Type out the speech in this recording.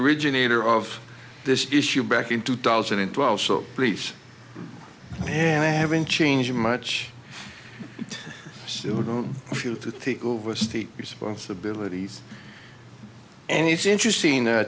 originator of this issue back in two thousand and twelve so please yeah i haven't changed much so we don't feel to take over state responsibilities and it's